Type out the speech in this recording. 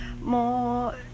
more